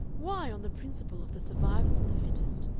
why, on the principle of the survival of the fittest,